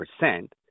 percent